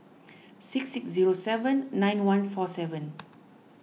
six six zero seven nine one four seven